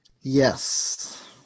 Yes